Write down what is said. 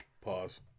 pause